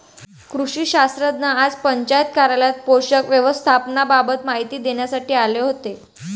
कृषी शास्त्रज्ञ आज पंचायत कार्यालयात पोषक व्यवस्थापनाबाबत माहिती देण्यासाठी आले होते